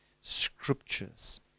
scriptures